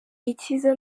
icyiza